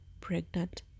pregnant